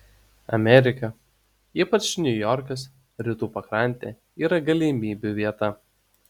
amerika ypač niujorkas rytų pakrantė yra galimybių vieta